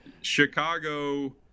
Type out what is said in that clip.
Chicago